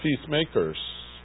peacemakers